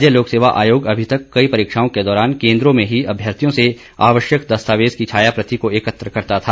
राज्य लोकसेवा आयोग अभी तक कई परीक्षाओं के दौरान केंद्रो में ही अभ्यर्थियों से आवश्यक दस्तावेज की छाया प्रति को एकत्र करता था